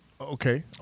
Okay